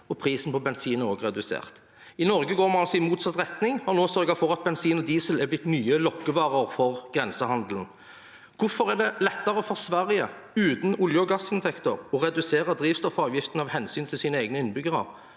og prisen på bensin er også redusert. I Norge går vi altså i motsatt retning, og vi har også sørget for at bensin og diesel er blitt nye lokkevarer for grensehandelen. Hvorfor er det lett i Sverige – uten olje- og gassinntekter – å redusere drivstoffavgiften av hensyn til sine egne innbyggere,